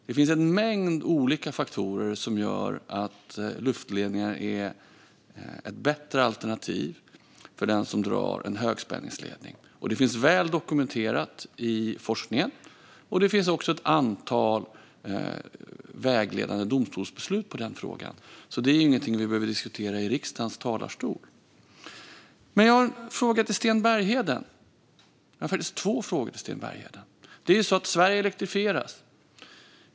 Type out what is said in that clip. Det finns en mängd olika faktorer som gör luftledningar till ett bättre alternativ för den som drar en högspänningsledning. Det finns väl dokumenterat i forskningen. Det finns också ett antal vägledande domstolsbeslut i frågan. Det är alltså ingenting vi behöver diskutera i riksdagens talarstol. Jag har två frågor till Sten Bergheden. Det är så att Sverige elektrifieras.